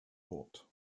bought